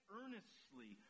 earnestly